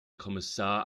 kommissar